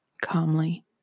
calmly